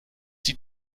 die